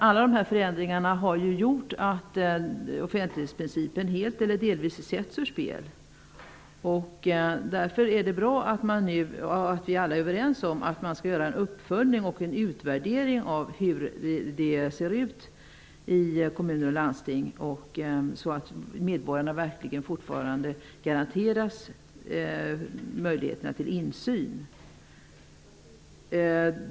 Alla dessa förändringar har gjort att offentlighetsprincipen helt eller delvis sätts ur spel. Det är därför bra att alla är överens om att vi skall göra en uppföljning och utvärdering av hur det ser ut i kommuner och landsting, så att medborgarna fortfarande verkligen garanteras möjligheter till insyn.